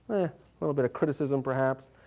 a little bit of criticism perhaps.